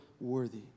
worthy